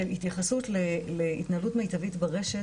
של התייחסות להתנהלות מיטבית ברשת.